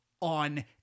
on